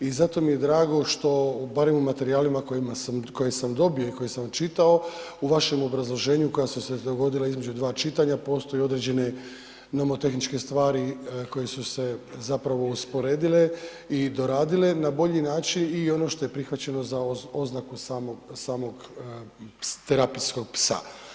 I zato mi je drago što barem u materijalima koje sam dobio i koje sam čitao u vašem obrazloženju koja su se dogodila između dva čitanja postoje određene nomotehničke stvari koje su se zapravo usporedile i doradile na bolji način i ono što je prihvaćeno za oznaku samog, samog terapijskog psa.